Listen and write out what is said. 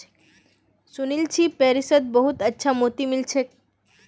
सुनील छि पेरिसत बहुत अच्छा मोति मिल छेक